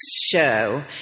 show